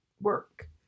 work